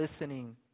listening